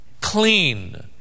clean